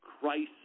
crisis